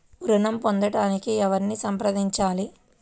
ఋణం పొందటానికి ఎవరిని సంప్రదించాలి?